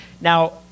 Now